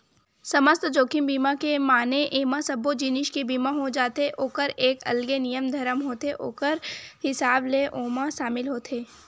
समस्त जोखिम बीमा के माने एमा सब्बो जिनिस के बीमा हो जाथे ओखर एक अलगे नियम धरम होथे ओखर हिसाब ले ओमा सामिल होथे